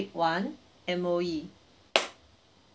one M_O_E